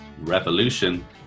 revolution